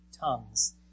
tongues